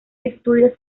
estudio